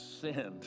sinned